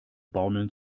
baumeln